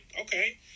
Okay